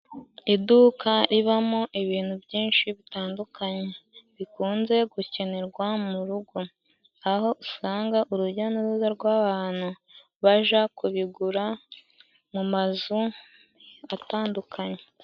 Iduka ribamo ibintu byinshi bitandukanye bikunze gukenerwa mu rugo, aho usanga urujya n'uruza rw'abantu baja kubigura mu mazu atandukanye.